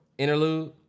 Interlude